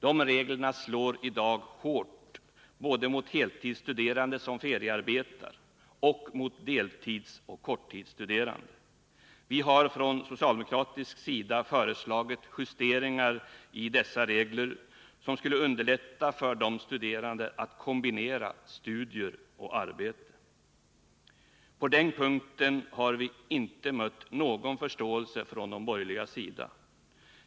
De slår i dag hårt både mot heltidsstuderande som feriearbetar och mot deltidsoch korttidsstuderande. Vi har från socialdemokratisk sida föreslagit justeringar i dessa regler som skulle underlätta för de studerande att kombinera studier och arbete. På den punkten har vi inte mött någon förståelse från de borgerligas sida.